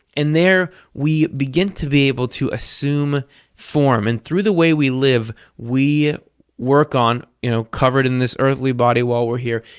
and there we begin to be able to assume form. and through the way we live we work on, you know, covered in this earthly body while we're here,